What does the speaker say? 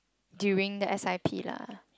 during the S_I_P lah